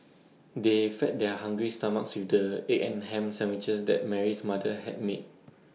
they fed their hungry stomachs with the egg and Ham Sandwiches that Mary's mother had made